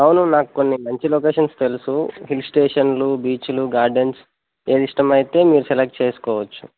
అవును నాకు కొన్ని మంచి లొకేషన్స్ తెలుసు హిల్ స్టేషన్లు బీచ్లు గార్డెన్స్ ఏది ఇష్టమయితే మీరు సెలెక్ట్ చేసుకోవచ్చు